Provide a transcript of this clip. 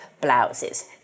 blouses